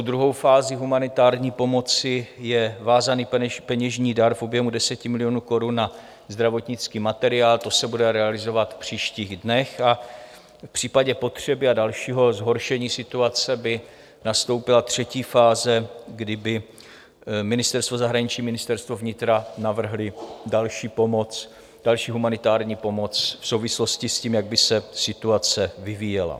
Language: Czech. Druhou fází humanitární pomoci je vázaný peněžní dar v objemu 10 milionů korun na zdravotnický materiál, to se bude realizovat v příštích dnech, a v případě potřeby a dalšího zhoršení situace by nastoupila třetí fáze, kdy by Ministerstvo zahraničí, Ministerstvo vnitra navrhla další humanitární pomoc v souvislosti s tím, jak by se situace vyvíjela.